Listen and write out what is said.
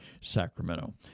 Sacramento